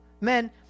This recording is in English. men